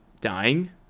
dying